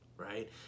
right